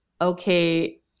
okay